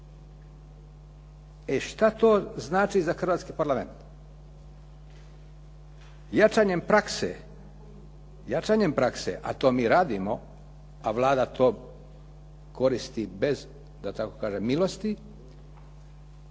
I šta to znači za hrvatski parlament. Jačanjem prakse, jačanjem prakse a to mi radimo a Vlada to koristi bez da